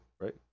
right